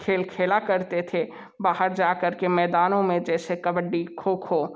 खेल खेला करते थे बाहर जाकर के मैदानों में जैसे कबड्डी खो खो